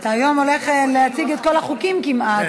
אתה היום הולך להציג את כל החוקים כמעט,